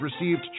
received